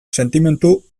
sentimendu